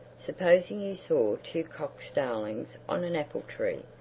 supposing you saw two cock-starlings on an apple-tree,